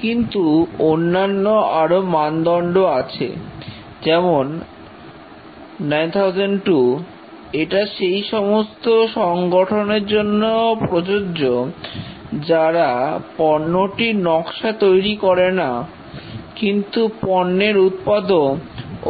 কিন্তু অন্যান্য আরও মানদণ্ড আছে যেমন 9002 এটা সেই সমস্ত সংগঠনের জন্য প্রযোজ্য যারা পণ্যটির নকশা তৈরি করে না কিন্তু পণ্যের উৎপাদন